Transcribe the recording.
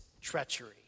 treachery